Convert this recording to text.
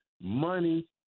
money